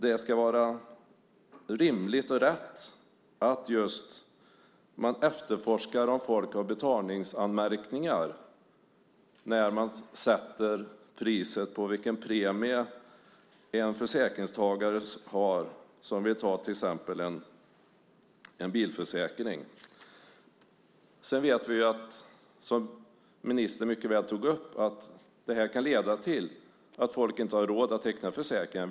Det ska vara rimligt och rätt om man efterforskar att människor har betalningsanmärkningar när man sätter priset på premien för en försäkringstagare som till exempel vill ta en bilförsäkring. Som ministern redan tog upp kan det leda till att människor inte har råd att teckna försäkringar.